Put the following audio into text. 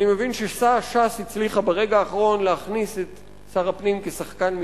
אני מבין שש"ס הצליחה ברגע האחרון להכניס את שר הפנים כשחקן-משנה,